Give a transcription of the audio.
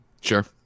Sure